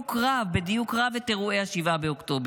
בדיוק רב, בדיוק רב, את אירועי 7 באוקטובר,